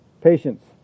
patience